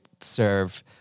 serve